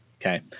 Okay